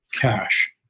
cash